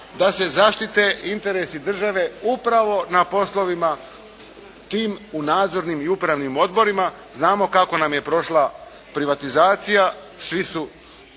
da se zaštite interesi države upravo na poslovima tim u nadzornim i upravnim odborima. Znamo kako nam je prošla privatizacija. Svi su,